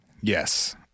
Yes